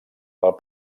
pel